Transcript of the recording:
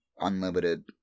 Unlimited